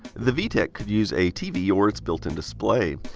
the vtech could use a tv or its built in display.